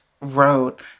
wrote